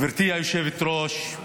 גברתי היושבת-ראש,